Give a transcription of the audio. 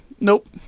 nope